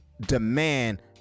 demand